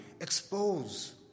expose